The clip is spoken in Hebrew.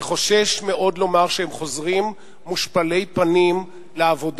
אני חושש מאוד לומר שהם חוזרים מושפלי פנים לעבודה.